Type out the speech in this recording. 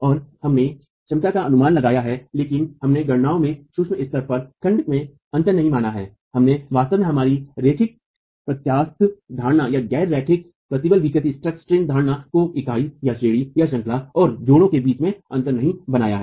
और हमने क्षमता का अनुमान लगाया है लेकिन हमने गणनाओं में सूक्ष्म स्तर पर खंड में अंतर नहीं माना है हमने वास्तव में हमारी रैखिक प्रत्यास्थ धारणा या गैर रैखिक प्रतिबल विकृति धारणा को इकाईश्रेणीश्रंखला और जोड़ों के बीच में अंतर नहीं बनाया है